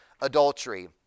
adultery